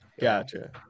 Gotcha